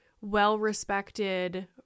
well-respected